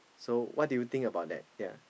so what do you think about that yea